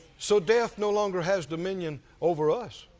so death no longer has dominion over us.